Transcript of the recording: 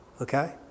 Okay